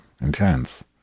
intense